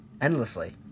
endlessly